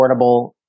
affordable